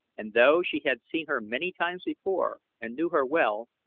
and though she had seen her many times before and knew her well,